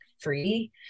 free